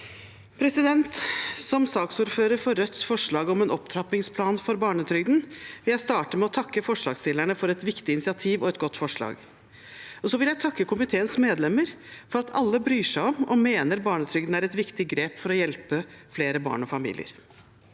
Som saksordfører for Rødts forslag om en opptrappingsplan for barnetrygden vil jeg starte med å takke forslagsstillerne for et viktig initiativ og et godt forslag. Så vil jeg takke komiteens medlemmer for at alle bryr seg om barnetrygden og mener den er et viktig grep for å hjelpe flere barn og familier.